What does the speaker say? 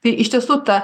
tai iš tiesų ta